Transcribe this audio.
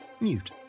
Mute